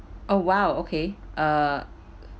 oh !wow! okay uh